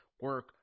Work